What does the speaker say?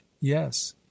yes